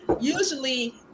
usually